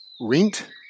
rent